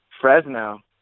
fresno